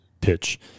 pitch